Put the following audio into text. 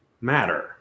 matter